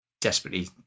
desperately